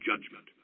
judgment